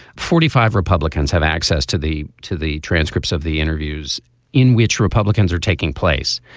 forty five republicans have access to the to the transcripts of the interviews in which republicans are taking place.